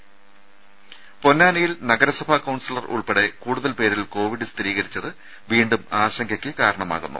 രാമ പൊന്നാനിയിൽ നഗരസഭാ കൌൺസിലർ ഉൾപ്പെടെ കൂടുതൽ പേരിൽ കോവിഡ് സ്ഥിരീകരിച്ചത് വീണ്ടും ആശങ്കയ്ക്ക് കാരണമാകുന്നു